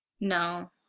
No